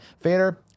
Vader